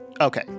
Okay